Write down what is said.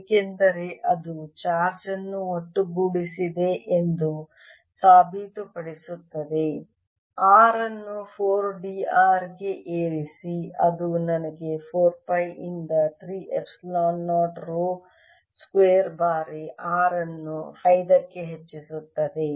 ಏಕೆಂದರೆ ಅದು ಚಾರ್ಜ್ ಅನ್ನು ಒಟ್ಟುಗೂಡಿಸಿದೆ ಎಂದು ಸಾಬೀತುಪಡಿಸುತ್ತದೆ r ಅನ್ನು 4 d r ಗೆ ಏರಿಸಿ ಅದು ನನಗೆ 4 ಪೈ ಯಿಂದ 3 ಎಪ್ಸಿಲಾನ್ 0 ರೋ ಸ್ಕ್ವೇರ್ ಬಾರಿ R ಅನ್ನು 5 ಕ್ಕೆ ಹೆಚ್ಚಿಸುತ್ತದೆ